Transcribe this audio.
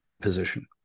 position